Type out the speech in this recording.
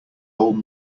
old